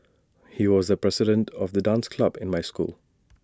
he was the president of the dance club in my school